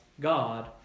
God